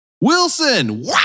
Wilson